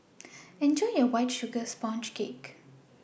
Enjoy your White Sugar Sponge Cake